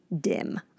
dim